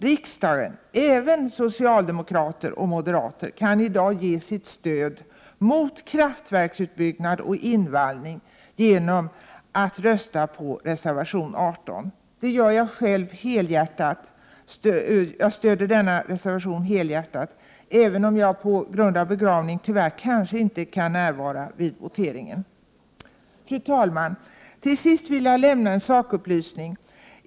Riksdagen, även socialdemokrater och moderater, kan i dag ge sitt stöd mot kraftverksutbyggnad och invallning genom att rösta för reservation 18. Det gör jag själv helhjärtat, även om jag på grund av begravning tyvärr kanske inte kan närvara vid voteringen. Fru talman! Till sist vill jag lämna en sakupplysning.